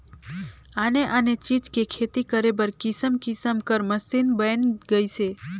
आने आने चीज के खेती करे बर किसम किसम कर मसीन बयन गइसे